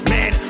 Man